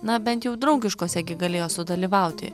na bent jau draugiškose gi galėjo sudalyvauti